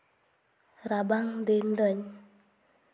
ᱨᱟᱵᱟᱝ ᱫᱤᱱ ᱨᱮᱱ